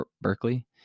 Berkeley